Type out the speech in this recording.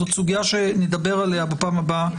זאת סוגיה שנדבר עליה בפעם הבאה בהרחבה.